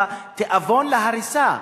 בתיאבון להריסה.